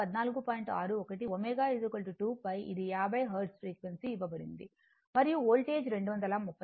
61 ω 2 pi ఇది 50 hertz frequency ఇవ్వబడింది మరియు వోల్టేజ్ 231